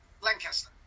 Lancaster